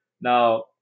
now